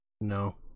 No